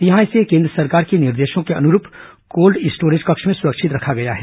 यहां इसे केन्द्र ं सरकार के निर्देशों के अनुरूप कोल्ड स्टोरेज कक्ष में सुरक्षित रखा गया है